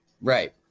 Right